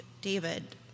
David